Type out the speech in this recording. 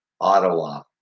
Ottawa